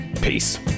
Peace